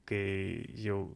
kai jau